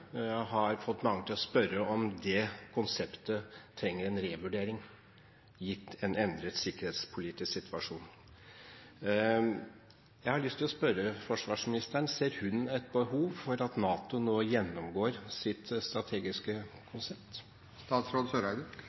har fått mange til å spørre om det konseptet trenger en revurdering gitt en endret sikkerhetspolitisk situasjon. Jeg har lyst til å spørre forsvarsministeren: Ser hun et behov for at NATO nå gjennomgår sitt strategiske konsept?